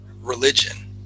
religion